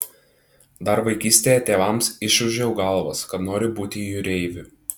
dar vaikystėje tėvams išūžiau galvas kad noriu būti jūreiviu